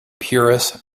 puris